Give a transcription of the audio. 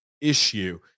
issue